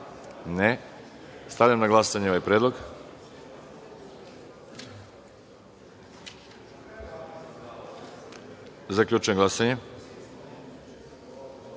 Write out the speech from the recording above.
Đurišiću. Stavljam na glasanje ovaj predlog. Zaključujem glasanje